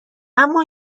اما